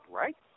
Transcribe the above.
right